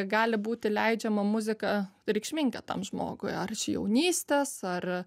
gali būti leidžiama muzika reikšminga tam žmogui ar iš jaunystės ar